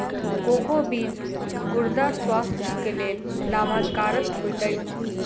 cocoa बीज गुर्दा स्वास्थ्यक लेल लाभकरक होइत अछि